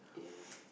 yeah